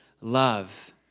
love